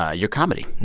ah your comedy.